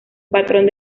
patrón